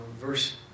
verse